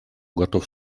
готов